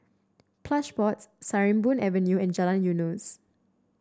Plush Pods Sarimbun Avenue and Jalan Eunos